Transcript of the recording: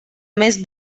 més